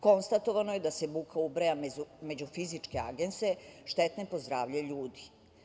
Konstatovano je da se buka ubraja među fizičke agense štetne po zdravlje ljudi.